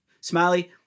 Smiley